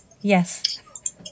Yes